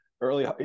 early